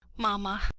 mamma,